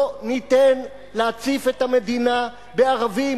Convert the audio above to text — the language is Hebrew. לא ניתן להציף את המדינה בערבים,